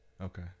Okay